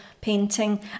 painting